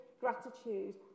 gratitude